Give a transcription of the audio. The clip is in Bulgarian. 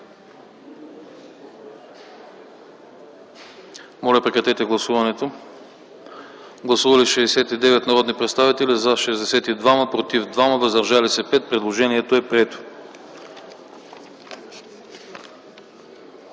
Моля, режим на гласуване. Гласували 81 народни представители: за 70, против 9, въздържали се 2. Предложението е прието.